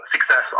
success